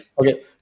Okay